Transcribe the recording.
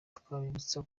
twabibutsa